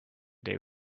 they